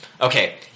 okay